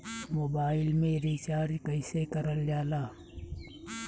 Mobile में recharge कइसे करल जाला?